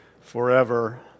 forever